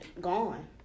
gone